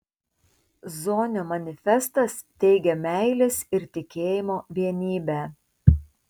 zonio manifestas teigia meilės ir tikėjimo vienybę